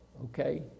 okay